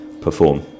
perform